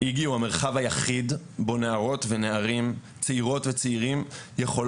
איג"י הוא המרחב היחיד שבו נערות ונערים צעירים יכולים